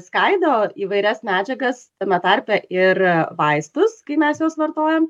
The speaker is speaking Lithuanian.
skaido įvairias medžiagas tame tarpe ir vaistus kai mes juos vartojam